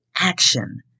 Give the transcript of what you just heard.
action